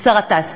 הוא שר התעשייה,